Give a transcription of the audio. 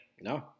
No